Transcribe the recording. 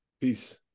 Peace